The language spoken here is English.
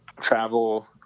travel